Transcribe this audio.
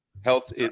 health